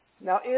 Now